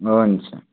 हुन्छ